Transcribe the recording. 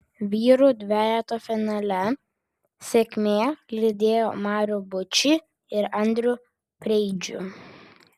vyrų dvejeto finale sėkmė lydėjo marių bučį ir andrių preidžių